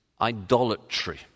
idolatry